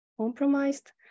compromised